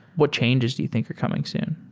what changes do you think are coming soon?